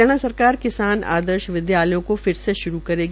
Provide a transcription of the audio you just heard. हरियाणा सरकार किसान आदर्श विदयालयों की फिर से शुरू करेगी